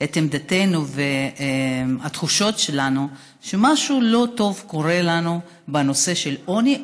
את עמדתנו ואת התחושות שלנו שמשהו לא טוב קורה לנו בנושא של עוני,